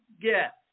get